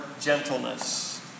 gentleness